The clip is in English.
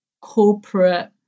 corporate